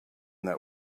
that